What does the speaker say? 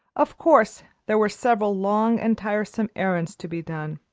of course there were several long and tiresome errands to be done